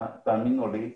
תאמינו לי,